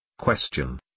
Question